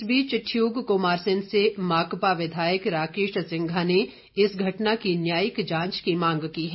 इस बीच ठियोग कुमारसेन से माकपा विधायक राकेश सिंघा ने इस घटना की न्यायिक जांच की मांग की है